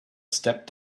stepped